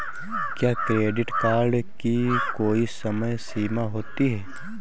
क्या credit card की कोई समय सीमा होती है?